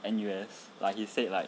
N_U_S like he said like